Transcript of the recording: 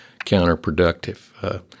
counterproductive